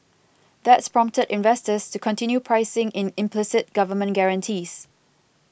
that's prompted investors to continue pricing in implicit government guarantees